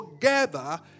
together